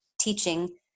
teaching